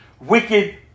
Wicked